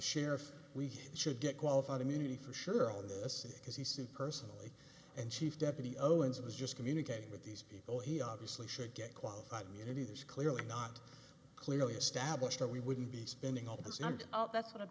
sheriff we should get qualified immunity for sure on this because he said personally and chief deputy owens was just communicating with these people he obviously should get qualified immunity that is clearly not clearly established or we wouldn't be spending all this and that's what i'm